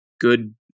good